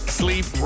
sleep